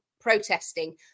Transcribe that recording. protesting